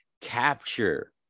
capture